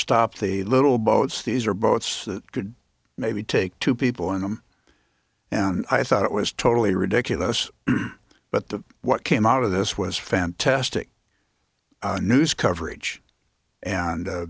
stop the little boats these are boats that could maybe take two people in them and i thought it was totally ridiculous but the what came out of this was fantastic news coverage and